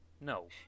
No